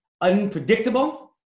unpredictable